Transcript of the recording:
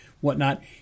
whatnot